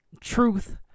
Truth